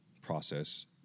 process